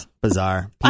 bizarre